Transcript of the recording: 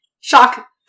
Shock